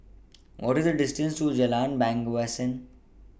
What IS The distance to Jalan Bangsawan